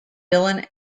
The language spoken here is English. dylan